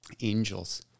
angels